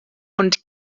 und